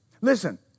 Listen